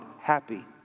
happy